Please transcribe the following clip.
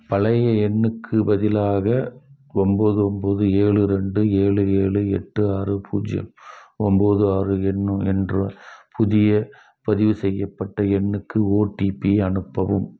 பழைய எண்ணுக்குப் பதிலாக ஒம்போது ஒம்போது ஏழு ரெண்டு ஏழு ஏழு எட்டு ஆறு பூஜ்ஜியம் ஒம்போது ஆறு எண் என்ற புதிய பதிவு செய்யப்பட்ட எண்ணுக்கு ஓடிபி அனுப்பவும்